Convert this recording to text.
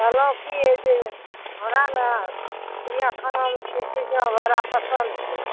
कहलहुॅं की जे हमरा ने चिड़ियाँ खानामे चिड़ियाँ हमरा पसन्द छै